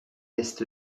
est